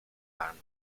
band